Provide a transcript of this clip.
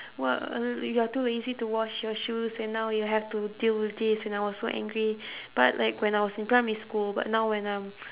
what you are too lazy to wash your shoes and now you have to deal with this and I was so angry but like when I was in primary school but now when I'm